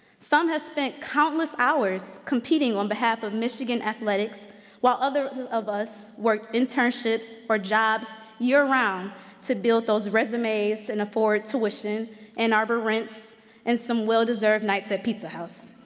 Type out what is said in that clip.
some have spent countless hours competing um behalf of michigan athletics while others of us worked internships or jobs year-round to build those resumes and afford tuition and arbor rents and some well-deserved nights at pizza house,